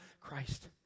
Christ